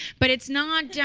but it's not yeah